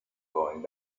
going